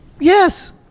Yes